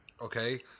Okay